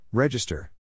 Register